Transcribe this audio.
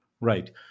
right